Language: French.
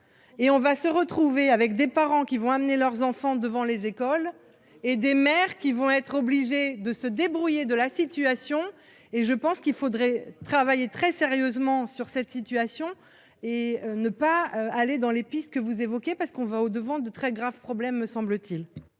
et on va se retrouver avec des parents qui vont amener leurs enfants devant les écoles et des mères qui vont être obligés de se débrouiller de la situation et je pense qu'il faudrait travailler très sérieusement sur cette situation et ne pas aller dans les pistes que vous évoquez, parce qu'on va au devant de très graves problèmes me semble-t-il.